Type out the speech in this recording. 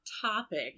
Topic